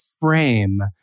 frame